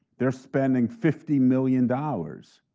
they're spending fifty million dollars.